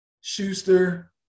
Schuster